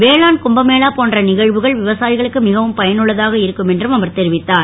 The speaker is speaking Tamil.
வேளாண் கும்பமேளா போன்ற நிகர்வுகள் விவசாயிகளுக்கு மிகவும் பயனுள்ளதாக இருக்கும் என்றும் அவர் தெரிவித்தார்